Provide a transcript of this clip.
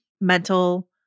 mental